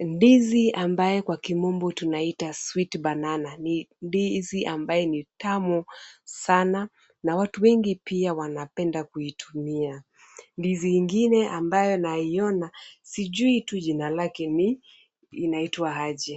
Ndizi ambayo kwa kimombo tunaita sweet banana ni ndizi ambayo ni tamu sana na watu wengi pia wanapenda kuitumia. Ndizi ingine ambayo naiona, sijui tu jina lake ni? inaitwa aje.